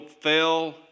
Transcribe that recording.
fell